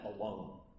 alone